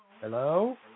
hello